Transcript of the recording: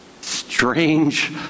Strange